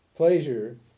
Pleasure